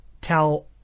tell